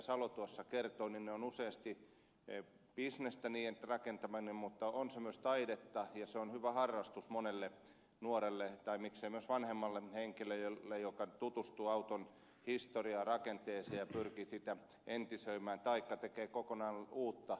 salo tuossa kertoi niiden rakentaminen on useasti bisnestä mutta on se myös taidetta ja se on hyvä harrastus monelle nuorelle tai miksei myös vanhemmalle henkilölle joka tutustuu auton historiaan rakenteeseen ja pyrkii sitä entisöimään taikka tekee kokonaan uutta